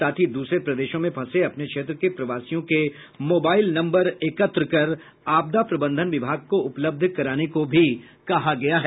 साथ ही दूसरे प्रदेशों में फंसे अपने क्षेत्र के प्रवासियों के मोबाईल नम्बर एकत्र कर आपदा प्रबंधन विभाग को उपलब्ध कराने को कहा गया है